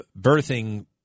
birthing